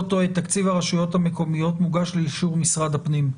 טועה תקציב הרשויות המקומיות מוגש לאישור משרד הפנים.